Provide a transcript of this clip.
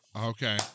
Okay